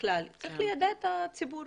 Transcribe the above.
צריך ליידע את הציבור.